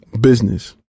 business